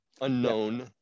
unknown